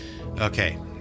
Okay